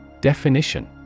Definition